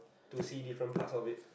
to see different parts of it